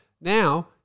now